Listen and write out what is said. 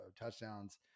touchdowns